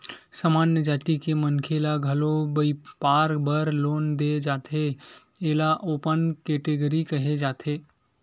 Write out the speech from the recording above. सामान्य जाति के मनखे ल घलो बइपार बर लोन दे जाथे एला ओपन केटेगरी केहे जाथे